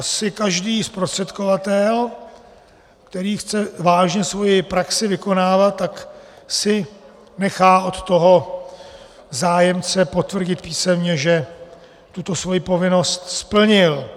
Asi každý zprostředkovatel, který chce vážně svoji praxi vykonávat, si nechá od toho zájemce potvrdit písemně, že tuto svoji povinnost splnil.